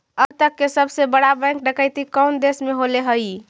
अब तक के सबसे बड़ा बैंक डकैती कउन देश में होले हइ?